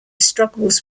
struggles